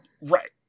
Right